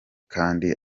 kandi